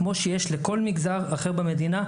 כמו שיש לכל מגזר אחר המדינה,